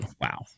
wow